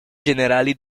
generali